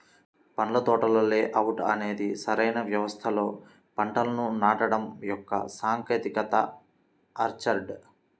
పండ్ల తోటల లేఅవుట్ అనేది సరైన వ్యవస్థలో పంటలను నాటడం యొక్క సాంకేతికత ఆర్చర్డ్